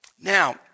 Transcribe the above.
Now